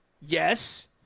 yes